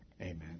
Amen